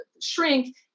shrink